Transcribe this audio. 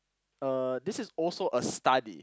uh this is also a study